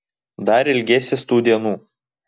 dar ilgėsies tų dienų